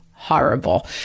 Horrible